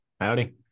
howdy